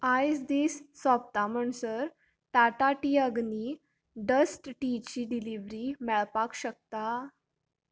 आयज दीस सोंपता म्हणसर टाटा टी अग्नी डस्ट टीची डिलिवरी मेळपाक शकता